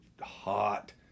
hot